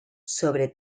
sobre